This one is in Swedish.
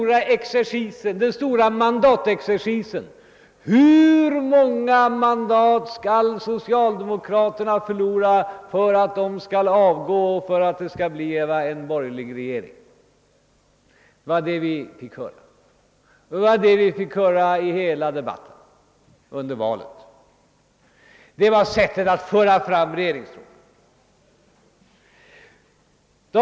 Jo, då skedde den stora mandatexercisen: Hur många mandat skall socialdemokraterna förlora för att de skall avgå och för att det skall bli en borgerlig regering? Det var detta vi fick höra i hela debatten och under valrörelsen — det var sättet att föra fram regeringsfrågan.